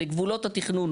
בגבולות התכנון,